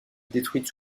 détruites